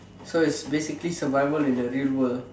so it's basically survival in the real world